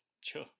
Sure